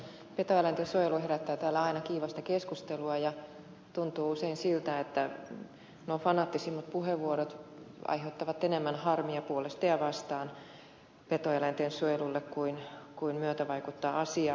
petoeläinten suojelu herättää täällä aina kiivasta keskustelua ja tuntuu usein siltä että nuo fanaattisimmat puheenvuorot puolesta ja vastaan aiheuttavat enemmän harmia petoeläinten suojelulle kuin myötävaikuttavat asiaan